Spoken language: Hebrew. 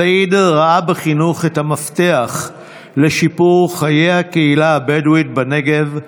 סעיד ראה בחינוך את המפתח לשיפור חיי הקהילה הבדואית בנגב,